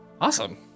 awesome